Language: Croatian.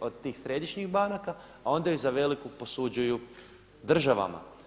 od tih središnjih banaka a onda ih za veliku posuđuju državama.